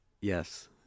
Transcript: Yes